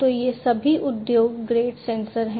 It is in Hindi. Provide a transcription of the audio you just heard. तो ये सभी उद्योग ग्रेड सेंसर हैं